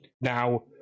now